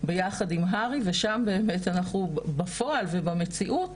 ביחד עם הר"י ושם באמת אנחנו בפועל ובמציאות